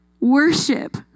worship